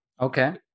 Okay